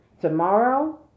tomorrow